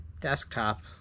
desktop